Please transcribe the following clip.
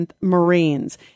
Marines